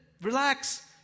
relax